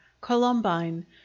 columbine